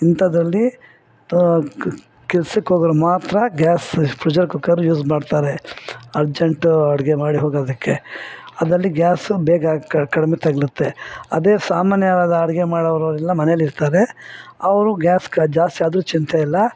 ಇಂಥದ್ರಲ್ಲಿ ಕೆಲಸಕ್ಕೋಗೋರು ಮಾತ್ರ ಗ್ಯಾಸ್ ಪ್ರೆಷರ್ ಕುಕ್ಕರ್ ಯೂಸ್ ಮಾಡ್ತಾರೆ ಅರ್ಜೆಂಟು ಅಡಿಗೆ ಮಾಡಿ ಹೋಗೋದಕ್ಕೆ ಅದರಲ್ಲಿ ಗ್ಯಾಸು ಬೇಗ ಕಡಿಮೆ ತಗಲುತ್ತೆ ಅದೇ ಸಾಮಾನ್ಯವಾದ ಅಡಿಗೆ ಮಾಡೋವರೆಲ್ಲ ಮನೆಯಲ್ಲಿರ್ತಾರೆ ಅವರು ಗ್ಯಾಸ್ ಕ ಜಾಸ್ತಿ ಆದರೂ ಚಿಂತೆ ಇಲ್ಲ